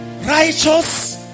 righteous